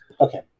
Okay